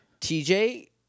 TJ